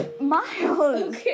Miles